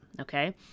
Okay